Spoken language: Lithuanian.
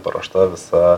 paruošta visa